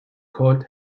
called